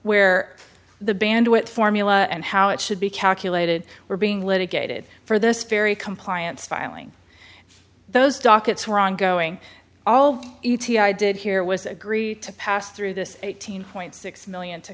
where the bandwidth formula and how it should be calculated were being litigated for this very compliance filing those dockets wrong going all e t i did here was agree to pass through this eighteen point six million to